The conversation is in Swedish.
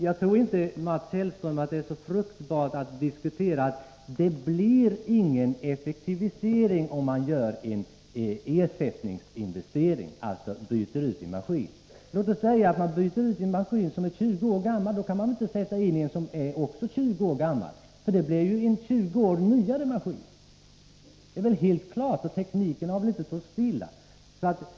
Jag tror inte, Mats Hellström, att det är så fruktbart att hävda att det inte blir någon effektivisering genom en ersättningsinvestering, t.ex. genom att man byter ut en maskin. Låt oss säga att man vill byta ut en maskin som är 20 år gammal. Då kan man ju inte sätta in en maskin som är lika gammal, utan man ersätter naturligtvis maskinen med en som är ny. Det är väl helt klart att det innebär en effektivisering, för tekniken har ju inte stått stilla.